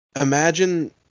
Imagine –